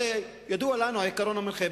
הרי ידוע לנו העיקרון המנחה,